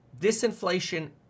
Disinflation